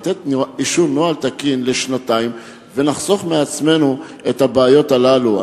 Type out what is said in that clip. לתת אישור נוהל תקין לשנתיים ולחסוך מעצמנו את הבעיות הללו?